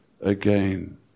again